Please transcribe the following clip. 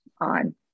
on